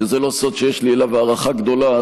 זה לא סוד שיש לי אליו הערכה גדולה,